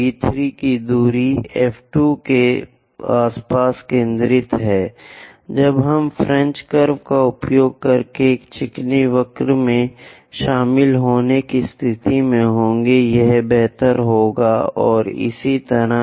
B 3 की दूरी F 2 के आसपास केंद्रित है अब हम फ्रेंच वक्र का उपयोग करके एक चिकनी वक्र में शामिल होने की स्थिति में होंगे यह बेहतर होगा और इसी तरह